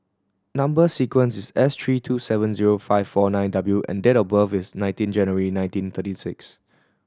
number sequence is S three two seven zero five four nine W and date of birth is nineteen January nineteen thirty nine